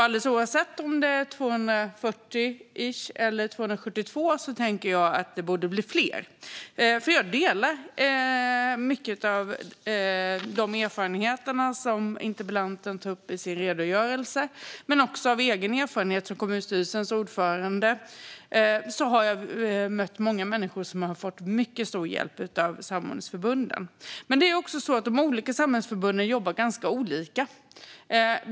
Alldeles oavsett om det är runt 240 eller 272 tycker jag att det borde bli fler. Jag delar många av de erfarenheter som interpellanten tar upp i sin redogörelse. Också som kommunstyrelsens ordförande har jag mött många människor som har fått mycket stor hjälp av samordningsförbunden. Men de olika samordningsförbunden jobbar ganska olika.